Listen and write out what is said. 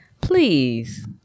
Please